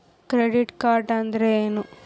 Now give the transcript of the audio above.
Credit card ಅಂದ್ರೇನು?